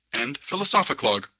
and philosophic log